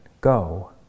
go